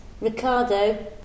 ricardo